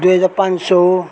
दुई हजार पाँच सौ